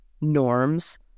norms